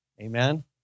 Amen